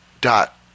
dot